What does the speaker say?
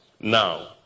now